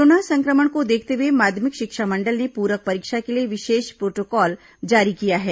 corona संक्रमण को देखते हुए माध्यमिक शिक्षा मंडल ने प्रक परीक्षा के लिए विशेष प्रोटोकॉल जारी किया है